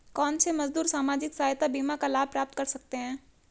कौनसे मजदूर सामाजिक सहायता बीमा का लाभ प्राप्त कर सकते हैं?